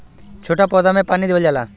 छोट पौधा में पानी देवल जाला